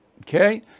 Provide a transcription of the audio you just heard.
Okay